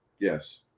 Yes